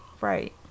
Right